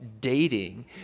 Dating